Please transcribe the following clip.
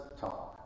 talk